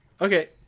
Okay